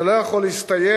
זה לא יכול להסתיים,